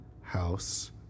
house